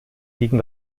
gegen